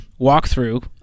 walkthrough